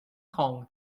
kong